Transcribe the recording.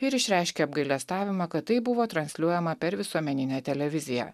ir išreiškė apgailestavimą kad tai buvo transliuojama per visuomeninę televiziją